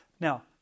Now